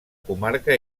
comarca